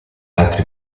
altri